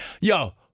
Yo